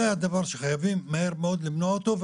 זה הדבר שחייבים מהר מאוד למנוע אותו.